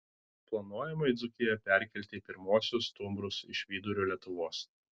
planuojama į dzūkiją perkelti pirmuosius stumbrus iš vidurio lietuvos